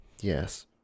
yes